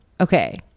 okay